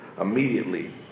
Immediately